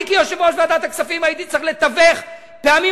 אני כיושב-ראש ועדת הכספים הייתי צריך לתווך פעמים